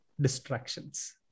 distractions